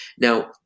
Now